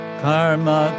Karma